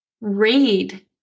read